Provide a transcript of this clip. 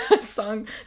song